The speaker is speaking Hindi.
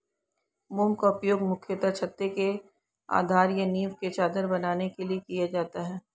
मोम का उपयोग मुख्यतः छत्ते के आधार या नीव की चादर बनाने के लिए किया जाता है